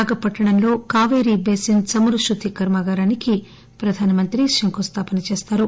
నాగపట్టణంలో Cauvery basin చమురు శుద్ది కర్మాగారానికి ఆయన శంకుస్థాపన చేస్తారు